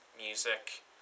music